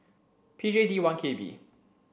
P J D one K B